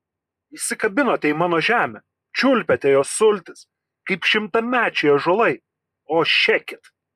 įsikabinote į mano žemę čiulpėte jos sultis kaip šimtamečiai ąžuolai o šekit